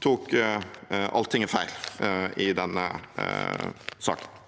tok Altinget feil i denne saken.